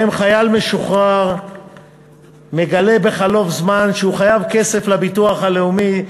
שבהם חייל משוחרר מגלה בחלוף זמן שהוא חייב כסף לביטוח הלאומי,